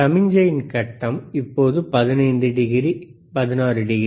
சமிக்ஞையின் கட்டம் இப்போது 15 டிகிரி 16 டிகிரி